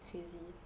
crazy